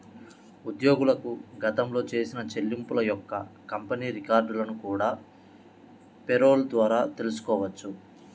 ఉద్యోగులకు గతంలో చేసిన చెల్లింపుల యొక్క కంపెనీ రికార్డులను కూడా పేరోల్ ద్వారా తెల్సుకోవచ్చు